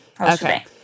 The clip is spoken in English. Okay